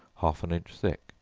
half an inch thick,